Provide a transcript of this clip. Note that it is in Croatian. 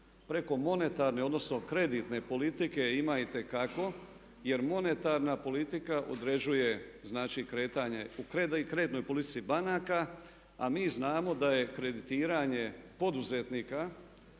Preko monetarne, odnosno kreditne politike ima itekako, jer monetarna politika određuje znači kretanje, u kreditnoj politici banaka, a mi znamo da je kreditiranje poduzetnika